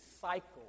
cycle